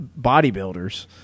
bodybuilders